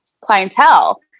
clientele